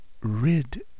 rid